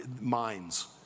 minds